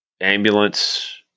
ambulance